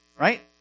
Right